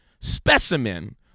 specimen